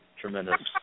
Tremendous